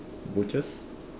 butchers